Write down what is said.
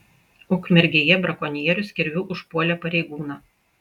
ukmergėje brakonierius kirviu užpuolė pareigūną